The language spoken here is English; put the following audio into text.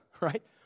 right